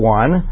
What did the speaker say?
one